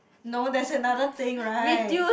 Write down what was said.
no there's another thing right